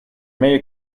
may